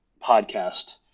podcast